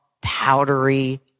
powdery